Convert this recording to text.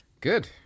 Good